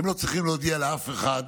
לא צריכים להודיע לאף אחד